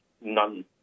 none